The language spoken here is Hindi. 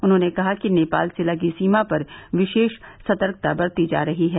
उन्होंने कहा कि नेपाल से लगी सीमा पर विशेष सतर्कता बरती जा रही है